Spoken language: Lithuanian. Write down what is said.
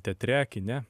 teatre kine